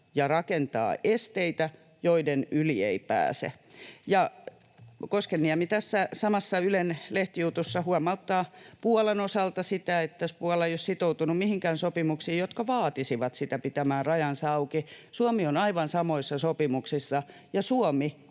ja rakentaa esteitä, joiden yli ei pääse”. Ja Koskenniemi tässä samassa Ylen lehtijutussa huomauttaa Puolan osalta sitä, että Puola ei ole sitoutunut mihinkään sopimuksiin, jotka vaatisivat sitä pitämään rajansa auki. Suomi on aivan samoissa sopimuksissa, ja Suomi